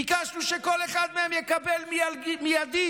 ביקשנו שכל אחד מהם יקבל מיידית